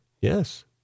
Yes